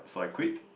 so I quit